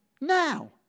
Now